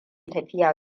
tafiya